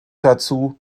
dazu